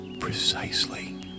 precisely